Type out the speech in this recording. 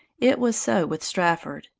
it was so with strafford.